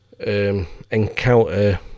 Encounter